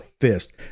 fist